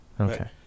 Okay